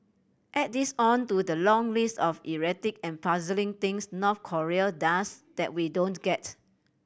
add this on to the long list of erratic and puzzling things North Korea does that we don't get